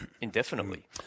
indefinitely